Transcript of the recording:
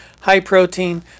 high-protein